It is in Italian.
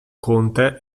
conte